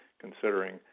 considering